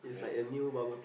never